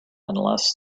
unless